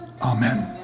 Amen